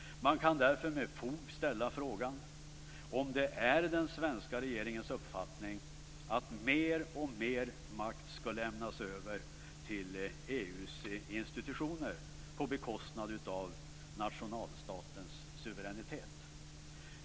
Man kan därför med fog ställa frågan om det är den svenska regeringens uppfattning att mer och mer makt skall lämnas över till EU:s institutioner på bekostnad av nationalstatens suveränitet.